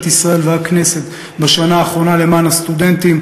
ישראל והכנסת בשנה האחרונה למען הסטודנטים,